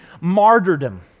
martyrdom